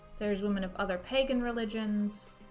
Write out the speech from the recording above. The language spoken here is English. there's women of other pagan religions